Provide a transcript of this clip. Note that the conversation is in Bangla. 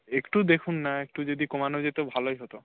একটু দেখুন না একটু যদি কমানো যেত ভালোই হত